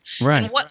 Right